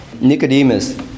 Nicodemus